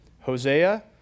Hosea